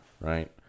right